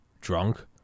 drunk